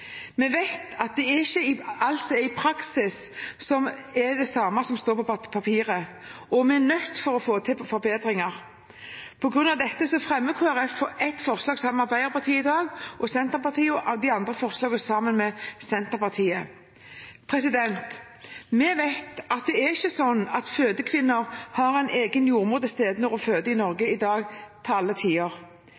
Vi vet at det ikke er alt som i praksis er det samme som det som står på papiret, og vi er nødt til å få til forbedringer. På grunn av dette fremmer Kristelig Folkeparti ett forslag sammen med Arbeiderpartiet og Senterpartiet i dag og de andre forslagene sammen med Senterpartiet. Vi vet at det ikke er slik at fødekvinner har en egen jordmor til stede til alle tider når de føder i Norge